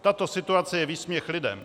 Tato situace je výsměch lidem.